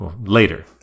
Later